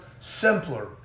simpler